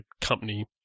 company